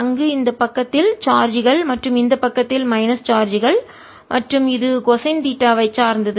அங்கு இந்த பக்கத்தில் சார்ஜ்கள் மற்றும் இந்த பக்கத்தில் மைனஸ் சார்ஜ்கள் மற்றும் இது கொசைன் தீட்டா வை சார்ந்தது